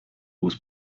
was